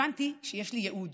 הבנתי שיש לי ייעוד,